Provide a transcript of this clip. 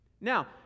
Now